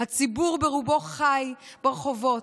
הציבור ברובו חי ברחובות,